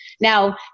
Now